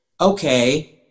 okay